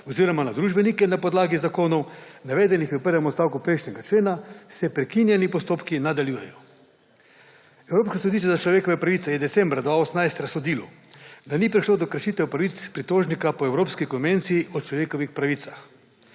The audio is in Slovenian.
oziroma na družbenike na podlagi zakonov, navedenih v prvem odstavku prejšnjega člena, se prekinjeni postopki nadaljujejo. Evropsko sodišče za človekove pravice je decembra 2018 razsodilo, da ni prišlo do kršitev pravic pritožnika po Evropski konvenciji o človekovih pravicah.